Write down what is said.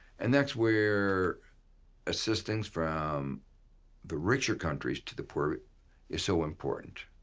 and that's where assistance from the richer countries to the poor is so important.